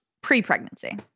pre-pregnancy